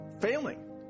failing